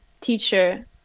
teacher